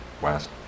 west